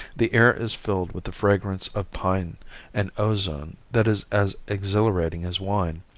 the air is filled with the fragrance of pine and ozone that is as exhilarating as wine.